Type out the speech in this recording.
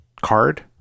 card